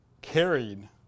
carried